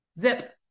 zip